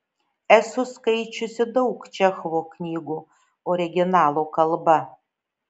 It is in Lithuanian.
esu skaičiusi daug čechovo knygų originalo kalba